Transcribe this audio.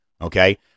Okay